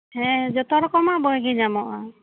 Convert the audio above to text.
ᱦᱮᱸ ᱡᱚᱛᱚ ᱨᱚᱠᱚᱢᱟᱜ ᱵᱳᱭᱜᱮ ᱧᱟᱢᱚᱜᱼᱟ